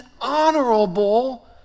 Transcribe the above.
honorable